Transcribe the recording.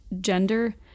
gender